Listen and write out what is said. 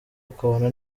akabona